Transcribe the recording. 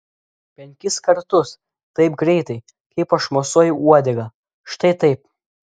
penkis kartus taip greitai kaip aš mosuoju uodega štai taip